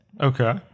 Okay